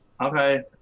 Okay